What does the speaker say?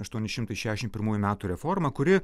aštuoni šimtai šešimt pirmųjų metų reformą kuri